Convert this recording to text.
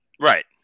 Right